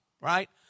right